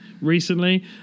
recently